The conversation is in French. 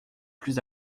plus